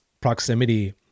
proximity